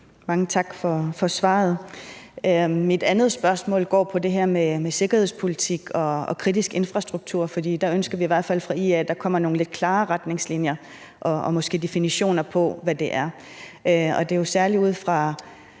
Mange tak for svaret. Mit andet spørgsmål går på det her med sikkerhedspolitik og kritisk infrastruktur, for der ønsker vi i hvert fald fra IA's side, at der kommer nogle lidt klarere retningslinjer og måske definitioner på, hvad det er. Og det er jo særlig ud fra